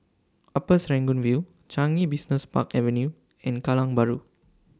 Upper Serangoon View Changi Business Park Avenue and Kallang Bahru